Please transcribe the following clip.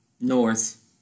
north